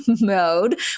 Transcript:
mode